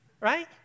Right